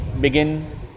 begin